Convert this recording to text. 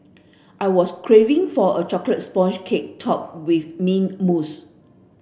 I was craving for a chocolate sponge cake topped with mint mousse